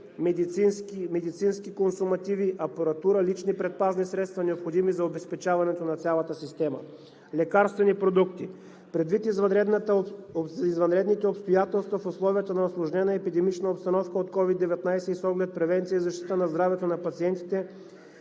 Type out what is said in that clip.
медицински консумативи, апаратура, лични предпазни средства, необходими за обезпечаването на цялата система. Лекарствени продукти. Предвид извънредните обстоятелства в условията на усложнена епидемична обстановка от COVID-19 и с оглед превенция и защита на здравето на пациентите,